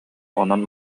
онон